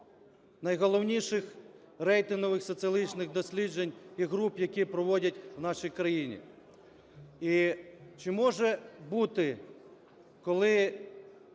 найголовніших рейтингових соціологічних досліджень і груп, які проводять в нашій країні. І чи може бути, коли